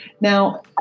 Now